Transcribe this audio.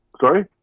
sorry